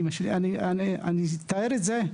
אני אתאר את זה,